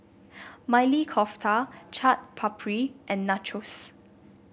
Maili Kofta Chaat Papri and Nachos